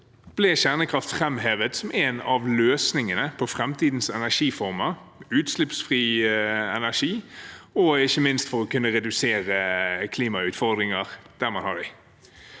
kjernekraft som en av løsningene på framtidens energiformer – for utslippsfri energi og ikke minst for å kunne redusere klimautfordringer der man har det.